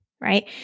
Right